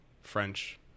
French